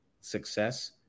success